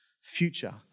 future